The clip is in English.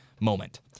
moment